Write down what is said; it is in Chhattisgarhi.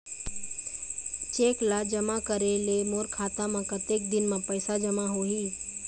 चेक ला जमा करे ले मोर खाता मा कतक दिन मा पैसा जमा होही?